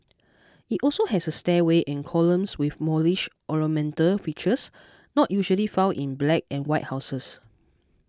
it also has a stairway and columns with Moorish ornamental features not usually found in black and white houses